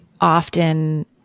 often